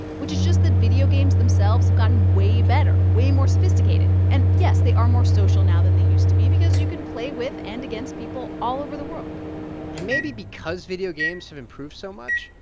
which is just that video games themselves have gotten way better, way more sophisticated. and yes, they are more social now than they used to be because you can play with and against people all over the world and maybe because video games have improved so much,